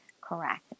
Correct